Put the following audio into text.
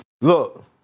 Look